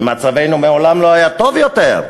כי מצבנו מעולם לא היה טוב יותר,